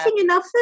enough